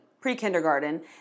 pre-kindergarten